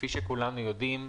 כפי שכולנו יודעים,